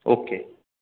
okay